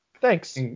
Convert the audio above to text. Thanks